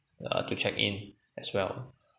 uh to check in as well